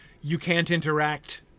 you-can't-interact